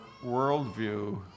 worldview